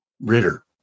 Ritter